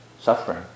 suffering